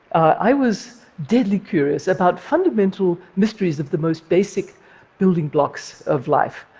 i was deadly curious about fundamental mysteries of the most basic building blocks of life,